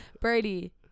Brady